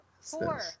Four